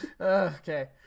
Okay